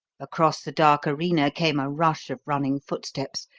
across the dark arena came a rush of running footsteps,